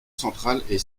centralisateur